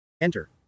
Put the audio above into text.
Enter